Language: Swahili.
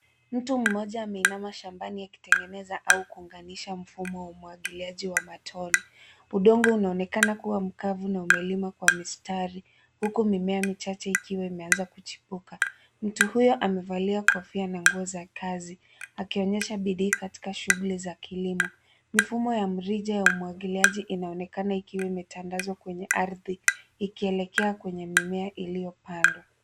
Mtu mmoja ameinama shambani akitengeneza au kuunganisha mfumo wa umwagiliaji wa matone. Udongo unaonekana kuwa mkavu na umelimwa kwa mistari huku mimea michache ikiwa imeanza kuchipuka. Mtu huyo amevalia kofia na nguo za kazi akionyesha bidii katika shughuli za kilimo. Mifumo ya mrija ya umwagiliaji inaonekana ikiwa imetangazwa kwenye ardhi ikielekea kwenye mimea iliyopandwa.